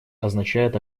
означает